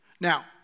Now